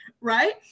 right